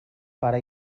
pare